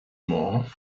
more